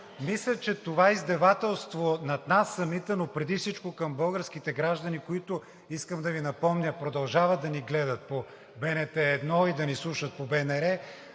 Мисля, че това е издевателство над нас самите, но преди всичко към българските граждани, които искам да Ви напомня, продължават да ни гледат по БНТ 1 и да ни слушат по БНР,